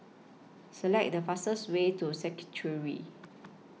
Select The fastest Way to secretary